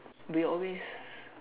we were always